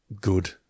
good